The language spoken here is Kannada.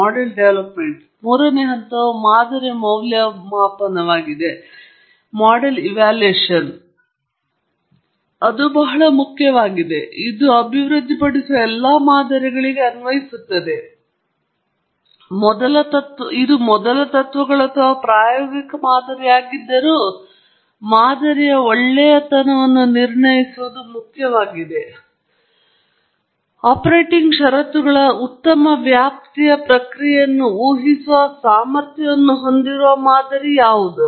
ಮತ್ತು ಮೂರನೇ ಹಂತವು ಮಾದರಿ ಮೌಲ್ಯಮಾಪನವಾಗಿದೆ ಅದು ಬಹಳ ಮುಖ್ಯವಾಗಿದೆ ಮತ್ತು ಇದು ನಾವು ಅಭಿವೃದ್ಧಿಪಡಿಸುವ ಎಲ್ಲಾ ಮಾದರಿಗಳಿಗೆ ಅನ್ವಯಿಸುತ್ತದೆ ಇದು ಮೊದಲ ತತ್ವಗಳು ಅಥವಾ ಪ್ರಾಯೋಗಿಕ ಮಾದರಿಯಾಗಿದ್ದರೂ ಮಾದರಿಯ ಒಳ್ಳೆಯತನವನ್ನು ನಿರ್ಣಯಿಸುವುದು ಮುಖ್ಯವಾಗಿದೆ ಆಪರೇಟಿಂಗ್ ಷರತ್ತುಗಳ ಉತ್ತಮ ವ್ಯಾಪ್ತಿಯ ಪ್ರಕ್ರಿಯೆಯನ್ನು ಊಹಿಸುವ ಸಾಮರ್ಥ್ಯವನ್ನು ಹೊಂದಿರುವ ಮಾದರಿ ಯಾವುದು